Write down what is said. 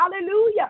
Hallelujah